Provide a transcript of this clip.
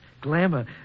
glamour